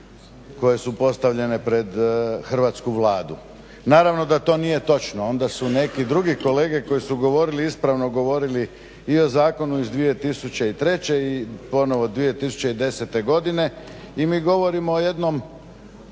koje su postavljene pred hrvatsku Vladu. Naravno da to nije točno, onda su neki drugi kolege koji su govorili ispravno, govorili i o zakonu iz 2003. i ponovo 2010. godine i mi govorimo o jednom